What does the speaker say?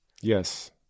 Yes